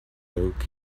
look